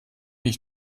ich